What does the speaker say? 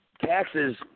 taxes